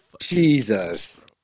Jesus